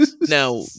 now